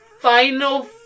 Final